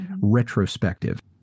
retrospective